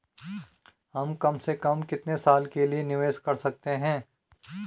हम कम से कम कितने साल के लिए निवेश कर सकते हैं?